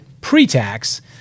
pre-tax